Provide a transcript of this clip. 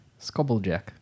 Scobblejack